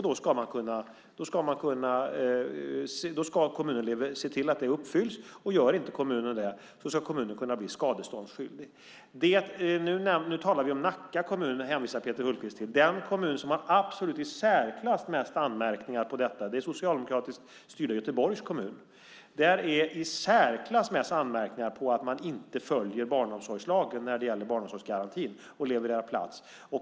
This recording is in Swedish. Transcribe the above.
Då ska kommunen se till att det uppfylls. Gör kommunen inte det ska kommunen kunna bli skadeståndsskyldig. Peter Hultqvist hänvisar till Nacka kommun. Den kommun som har i absolut särklass flest anmärkningar på detta är socialdemokratiskt styrda Göteborgs kommun. Där har man i särklass flest anmärkningar för att man inte följer barnomsorgslagen när det gäller barnomsorgsgarantin och levererar plats.